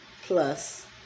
plus